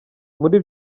muri